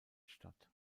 statt